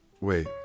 Wait